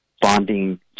bonding